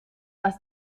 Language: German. aus